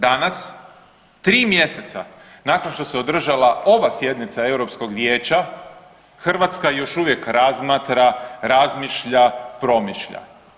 Danas tri mjeseca nakon što se održala ova sjednica Europskog vijeća Hrvatska još uvijek razmatra, razmišlja, promišlja.